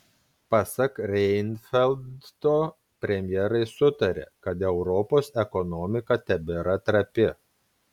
pasak reinfeldto premjerai sutarė kad europos ekonomika tebėra trapi